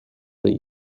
they